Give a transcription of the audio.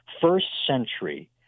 first-century